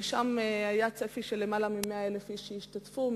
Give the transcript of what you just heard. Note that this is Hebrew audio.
ושם היה צפי שלמעלה מ-100,000 איש ישתתפו,